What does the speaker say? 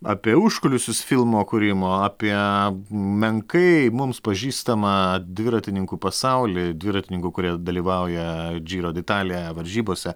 apie užkulisius filmo kūrimo apie menkai mums pažįstamą dviratininkų pasauly dviratininkų kurie dalyvauja džiro de italija varžybose